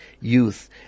Youth